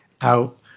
out